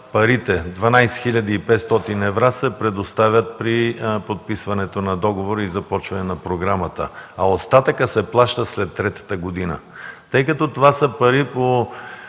парите – 12 500 евро се предоставят при подписването на договора и започването на програмата, а остатъкът се плаща след третата година. Тъй като това са пари за